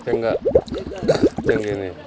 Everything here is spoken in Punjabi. ਚੰਗਾ ਚੰਗੇ ਨੇ